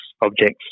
objects